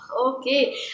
Okay